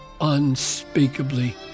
unspeakably